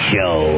Show